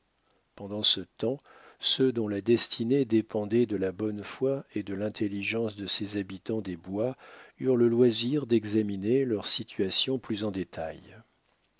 pendant ce temps ceux dont la destinée dépendait de la bonne foi et de l'intelligence de ces habitants des bois eurent le loisir d'examiner leur situation plus en détail